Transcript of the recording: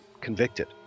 convicted